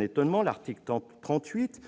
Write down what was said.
étonnement l'article 38,